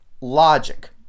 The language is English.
logic